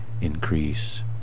increase